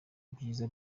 ibyiza